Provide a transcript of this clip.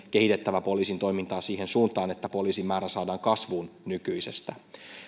kehitettävä poliisin toimintaa siihen suuntaan että poliisimäärä saadaan kasvuun nykyisestä